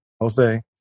Jose